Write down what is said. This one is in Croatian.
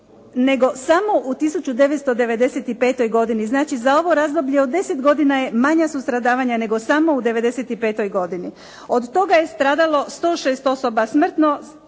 nego samo u 1995. godini. Znači za ovo razdoblje od 10 godina je manja su stradavanja nego samo u '95. godini. Od toga je stradalo 106 osoba smrtno,